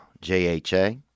J-H-A